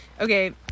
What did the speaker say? Okay